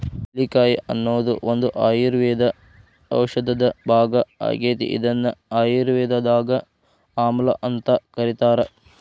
ನೆಲ್ಲಿಕಾಯಿ ಅನ್ನೋದು ಒಂದು ಆಯುರ್ವೇದ ಔಷಧದ ಭಾಗ ಆಗೇತಿ, ಇದನ್ನ ಆಯುರ್ವೇದದಾಗ ಆಮ್ಲಾಅಂತ ಕರೇತಾರ